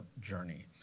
journey